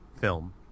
film